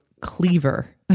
cleaver